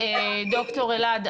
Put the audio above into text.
ד"ר אלעד,